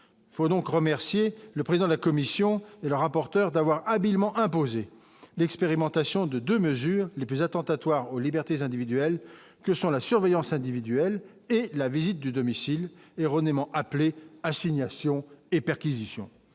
il faut donc remercier le président de la Commission et le rapporteur d'avoir habilement imposer l'expérimentation de 2 mesures les plus attentatoires aux libertés individuelles que sont la surveillance individuelle et la visite du domicile erronément appelé assignation et perquisitions